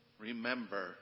Remember